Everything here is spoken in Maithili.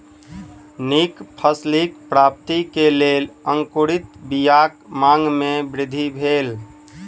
नीक फसिलक प्राप्ति के लेल अंकुरित बीयाक मांग में वृद्धि भेल